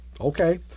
okay